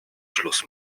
schluss